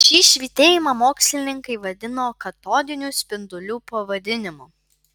šį švytėjimą mokslininkai vadino katodinių spindulių pavadinimu